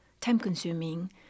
time-consuming